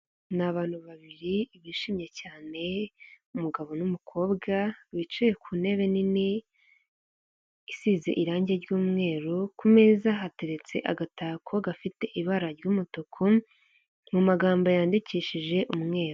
Ni abantu babiri bishimye cyane umugabo numukobwa bicaye ku ntebe nini isize irangi ry'umweru kumeza hateretse agatako gafite ibara ry'umutuku mu magambo yandikishije umweru .